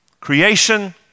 Creation